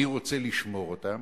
אני רוצה לשמור אותם,